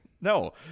No